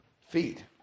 feet